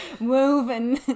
Woven